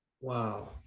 Wow